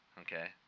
Okay